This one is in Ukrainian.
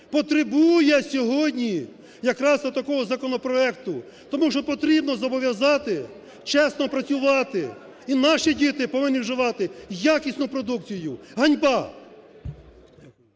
потребує сьогодні якраз отакого законопроекту. Тому що потрібно зобов'язати чесно працювати, і наші діти повинні вживати якісну продукцію. Ганьба!